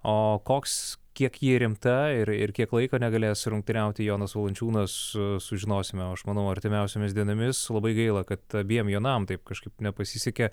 o koks kiek ji rimta ir ir kiek laiko negalės rungtyniauti jonas valančiūnas sužinosime jau aš manau artimiausiomis dienomis labai gaila kad abiem jonam taip kažkaip nepasisekė